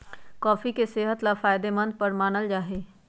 coffee के सेहत ला फायदेमंद पर मानल जाहई